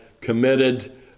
committed